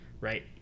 right